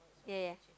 yeah yeah